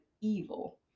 evil